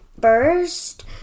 first